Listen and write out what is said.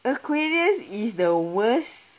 aquarius is the worst